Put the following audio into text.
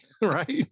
Right